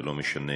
ולא משנה,